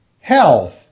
Health